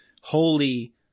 holy